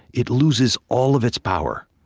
it loses all of its power